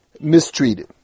mistreated